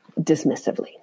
dismissively